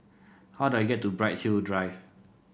how do I get to Bright Hill Drive